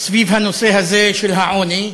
סביב הנושא הזה של העוני,